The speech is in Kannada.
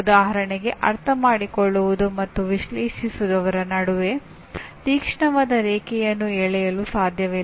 ಉದಾಹರಣೆಗೆ ಅರ್ಥಮಾಡಿಕೊಳ್ಳುವುದು ಮತ್ತು ವಿಶ್ಲೇಷಿಸುವುದರ ನಡುವೆ ತೀಕ್ಷ್ಣವಾದ ರೇಖೆಯನ್ನು ಎಳೆಯಲು ಸಾಧ್ಯವಿಲ್ಲ